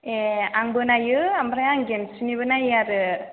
ए आंबो नायो ओमफ्राय आं गेमस्रिनिबो नायो आरो